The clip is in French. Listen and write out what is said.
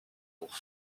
pour